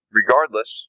Regardless